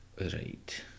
Right